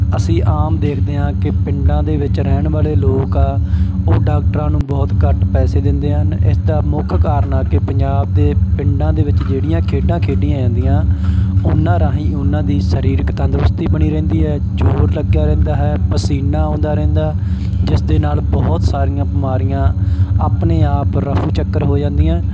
ਅਸੀਂ ਆਮ ਦੇਖਦੇ ਹਾਂ ਕਿ ਪਿੰਡਾਂ ਦੇ ਵਿੱਚ ਰਹਿਣ ਵਾਲੇ ਲੋਕ ਆ ਉਹ ਡਾਕਟਰਾਂ ਨੂੰ ਬਹੁਤ ਘੱਟ ਪੈਸੇ ਦਿੰਦੇ ਹਨ ਇਸ ਦਾ ਮੁੱਖ ਕਾਰਨ ਆ ਕੇ ਪੰਜਾਬ ਦੇ ਪਿੰਡਾਂ ਦੇ ਵਿੱਚ ਜਿਹੜੀਆਂ ਖੇਡਾਂ ਖੇਡੀਆਂ ਜਾਂਦੀਆਂ ਉਹਨਾਂ ਰਾਹੀਂ ਉਹਨਾਂ ਦੀ ਸਰੀਰਕ ਤੰਦਰੁਸਤੀ ਬਣੀ ਰਹਿੰਦੀ ਹੈ ਜੋਰ ਲੱਗਿਆ ਰਹਿੰਦਾ ਹੈ ਪਸੀਨਾ ਆਉਂਦਾ ਰਹਿੰਦਾ ਜਿਸ ਦੇ ਨਾਲ ਬਹੁਤ ਸਾਰੀਆਂ ਬਿਮਾਰੀਆਂ ਆਪਣੇ ਆਪ ਰਫੂ ਚੱਕਰ ਹੋ ਜਾਂਦੀਆਂ